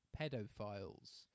Pedophiles